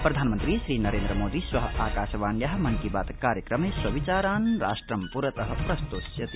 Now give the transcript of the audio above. प्रधानमन्त्री श्रीनरेन्द्रमोदी श्व आवाशवाण्या मन की बात कार्यक्रमे स्वविचारान् राष्ट्रं प्रत प्रस्तोष्यति